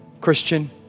Christian